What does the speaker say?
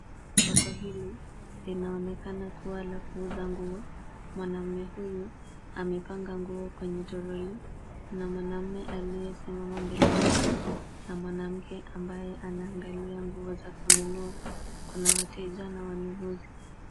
Soko hili linaonekana kuwa la kuuza nguo. Mwanaume huyu amepanga nguo kwenye toroli na mwanaume aliyesimama mbele yake na mwanamke ambaye anaangalia nguo za kununua. Kuna wateja na wanunuzi.